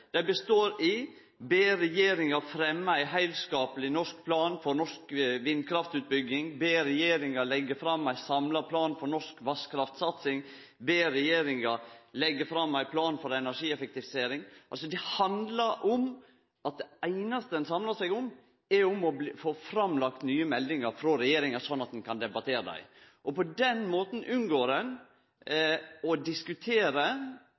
dei består i å be regjeringa fremme ei heilskapleg norsk plan for norsk vindkraftutbygging, be regjeringa legge fram ein samla plan for norsk vasskraftsatsing, be regjeringa leggje fram ein plan for energieffektivisering. Det handlar om at det einaste ein samlar seg om, er å få lagt fram nye meldingar frå regjeringa slik at ein kan debattere dei. På den måten unngår ein å diskutere det som er viktig, nemleg innhaldet i politikken og